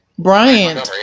Brian